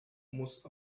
muss